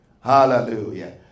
Hallelujah